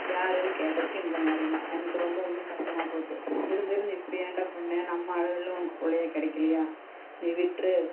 யாருன்னு கேட்டதுக்கு இந்த மாதிரினான் எனக்கு ரொம்பவுமே கஷ்டமாக போச்சு இருந்து இருந்து இப்படி ஏன்டா பண்ண நம்ம ஆளுகள்ல உனக்கு பிள்ளையே கிடைக்கலையா நீ விட்டுரு